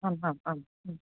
आम् आम् आम्